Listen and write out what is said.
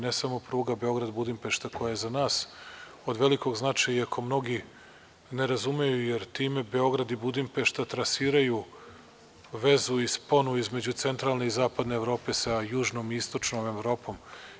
Ne samo pruga Beograd-Budimpešta, koja je za nas od velikog značaja, iako mnogi ne razumeju, jer time Beograd i Budimpešta trasiraju vezu i sponu između centralne i zapadne Evrope sa južnom i istočnom Evropom.